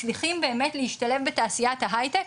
מצליחים באמת להשתלב בתעשיית ההייטק.